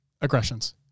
Aggressions